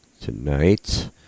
tonight